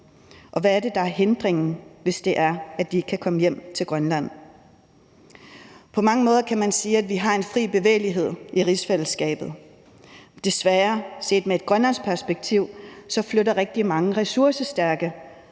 og hvad det er, der er hindringen, hvis det er, at de ikke kan komme hjem til Grønland. På mange måder kan man sige, at vi har en fri bevægelighed i rigsfællesskabet. Desværre, set fra et grønlandsk perspektiv, flytter rigtig mange ressourcestærke